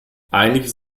eigentlich